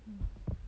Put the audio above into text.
um